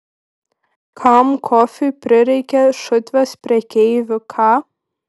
kam kofiui prireikė šutvės prekeivių ką